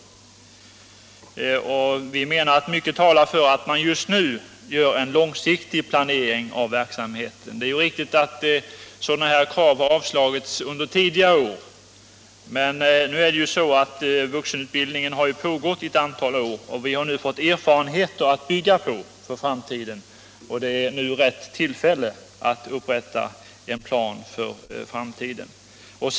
Vi menar att mycket talar för att man just nu gör en långsiktig planering av verksamheten. Det är riktigt att sådana här krav har avslagits tidigare år, men vuxenutbildningen har pågått under ett antal år och vi har nu fått erfarenheter att bygga på för den framtida verksamheten. Därför är det nu rätt tillfälle att upprätta en plan för vuxenutbildningen.